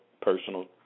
personal